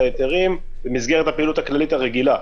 ההיתרים במסגרת הפעילות הכללית הרגילה.